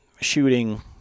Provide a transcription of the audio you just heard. shooting